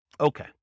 Okay